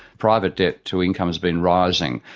private debt to income has been rising.